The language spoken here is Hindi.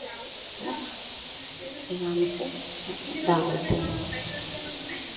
उसको ध्यान से हं डालते हैं